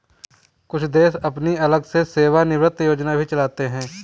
कुछ देश अपनी अलग से सेवानिवृत्त योजना भी चलाते हैं